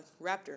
Raptor